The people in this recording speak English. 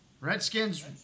Redskins